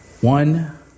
One